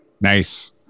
Nice